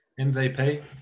MVP